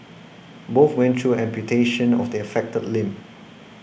both went through amputation of the affected limb